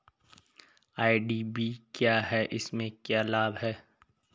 IDV क्या है इसमें क्या लाभ है?